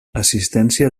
assistència